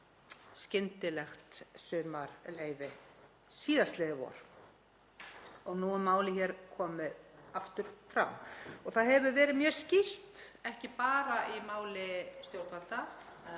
skyndilegt sumarleyfi síðastliðið vor. Og nú er málið komið aftur fram. Það hefur verið mjög skýrt, ekki bara í máli stjórnvalda,